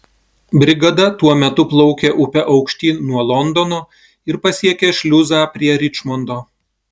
brigada tuo metu plaukė upe aukštyn nuo londono ir pasiekė šliuzą prie ričmondo